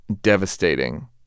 devastating